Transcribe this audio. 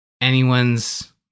anyone's